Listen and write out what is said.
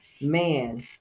man